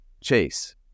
chase